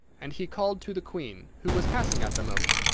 and he called to the queen, who was passing at the moment,